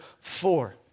four